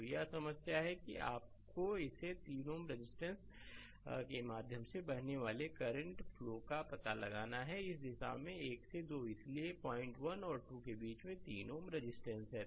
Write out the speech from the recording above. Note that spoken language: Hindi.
तो यह समस्या है कि आपको इस 3 Ω रजिस्टेंस के माध्यम से बहने वालेकरंट का पता लगाना है इस दिशा में 1 से 2 इसलिए 01 और 2 के बीच 3 Ω रजिस्टेंस है